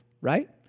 right